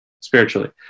Spiritually